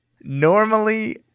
Normally